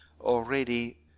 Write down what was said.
already